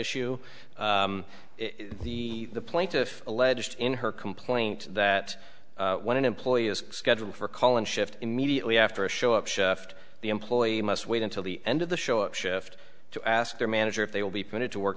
issue the plaintiff alleged in her complaint that when an employee is scheduled for calling shift immediately after a show up shift the employee must wait until the end of the show shift to ask their manager if they will be permitted to work